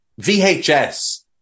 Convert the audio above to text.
VHS